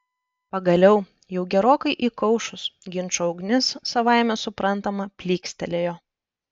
pagaliau jau gerokai įkaušus ginčo ugnis savaime suprantama plykstelėjo